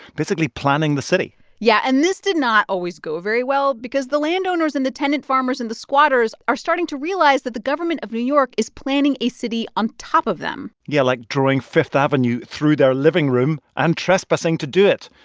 basically planning the city yeah. and this did not always go very well because the landowners and the tenant farmers and the squatters are starting to realize that the government of new york is planning a city on top of them yeah, like drawing fifth avenue through their living room and trespassing to do it.